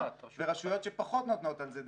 ורשויות שפחות נותנות על זה דגש.